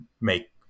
make